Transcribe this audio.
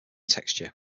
texture